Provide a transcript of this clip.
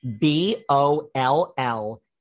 B-O-L-L